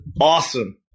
awesome